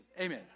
Amen